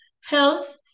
Health